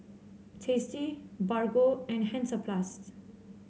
Tasty Bargo and Hansaplast